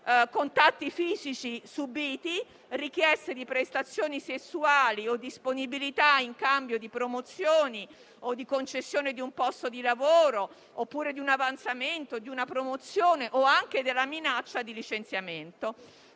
contatti fisici subiti, richieste di prestazioni sessuali o disponibilità in cambio di promozioni o di concessione di un posto di lavoro oppure di un avanzamento, di una promozione o di fronte alla minaccia di licenziamento.